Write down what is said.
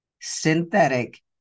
synthetic